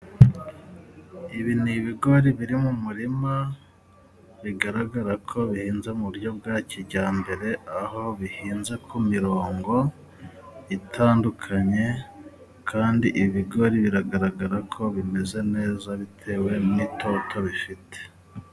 Ibi ni ibigori biri mu murima bigaragarako bihinze mu buryo bwa kijyambere aho bihinze ku mirongo itandukanye, kandi ibi bigori biragaragarako bimeze neza bitewe n'itoto bifite.